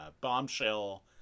bombshell